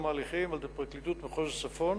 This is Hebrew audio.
ההליכים על-ידי פרקליטות מחוז הצפון,